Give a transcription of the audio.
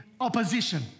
opposition